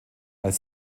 als